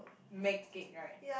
make it right